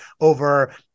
over